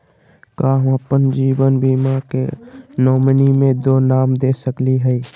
का हम अप्पन जीवन बीमा के नॉमिनी में दो नाम दे सकली हई?